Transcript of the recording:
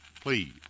Please